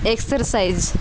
exercise